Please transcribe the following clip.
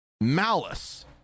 malice